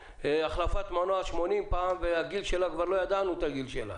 החלפת מנוע 80 פעם והגיל שלה כבר לא ידענו את הגיל שלה.